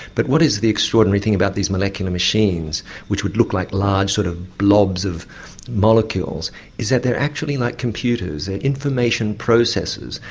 but what is the extraordinary thing about these molecular machines which would look like large sort of blobs of molecules is that they're actually like computers, they're information processors,